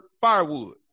firewood